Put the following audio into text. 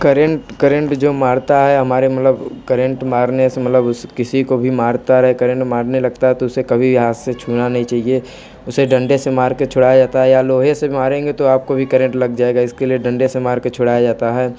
current current जो मारता है हमारे मतलब करेंट मारने से मतलब उस किसी को भी मारता रहे करेंट मारने लगता है तो उसे कभी हाथ से छूना नहीं चाहिए उसे डंडे से मार कर छुड़ाया जाता है या लोहे से भी मारेंगे तो आपको भी करंट लग जाएगा इसके लिए डंडे से मार कर छुड़ाया जाता है